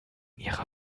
ihrer